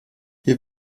ihr